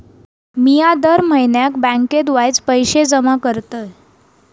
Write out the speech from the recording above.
मिया दर म्हयन्याक बँकेत वायच पैशे जमा करतय